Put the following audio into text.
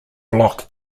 block